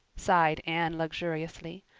sighed anne luxuriously,